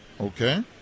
Okay